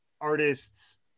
artists